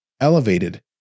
elevated